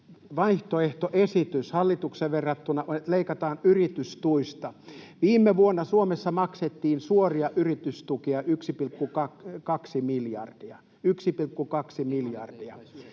vaihtoehtoesitys hallitukseen verrattuna on, että leikataan yritystuista. Viime vuonna Suomessa maksettiin suoria yritystukia 1,2 miljardia